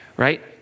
Right